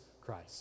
Christ